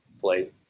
play